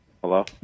Hello